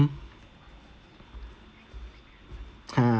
ha